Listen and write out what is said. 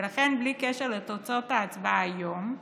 ולכן בלי קשר לתוצאות ההצבעה היום,